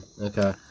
Okay